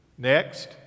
Next